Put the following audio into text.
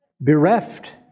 bereft